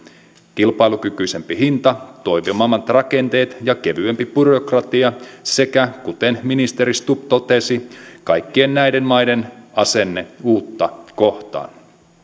kilpailukykyisempi hinta toimivammat rakenteet ja kevyempi byrokratia sekä kuten ministeri stubb totesi kaikkien näiden maiden asenne uutta kohtaan